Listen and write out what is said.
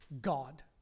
God